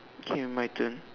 okay my turn